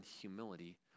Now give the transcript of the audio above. humility